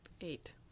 Eight